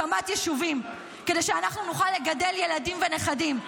הקמת יישובים, כדי שאנחנו נוכל לגדל ילדים ונכדים.